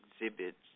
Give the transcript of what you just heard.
exhibits